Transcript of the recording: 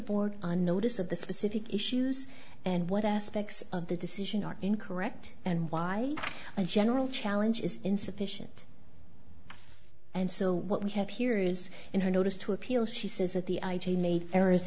board on notice of the specific issues and what aspects of the decision are incorrect and why i general challenge is insufficient and so what we have here is in her notice to appeal she says that the i g made error